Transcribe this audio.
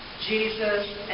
Jesus